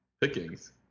pickings